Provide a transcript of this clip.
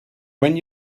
when